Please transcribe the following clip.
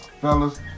Fellas